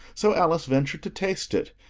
so alice ventured to taste it,